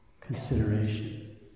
consideration